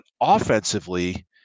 offensively